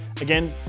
again